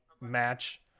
match